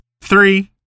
Three